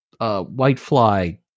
whitefly